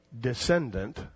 descendant